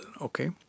okay